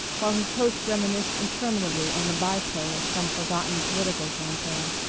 while his host reminisced interminably on the byplay of some forgotten political campaign.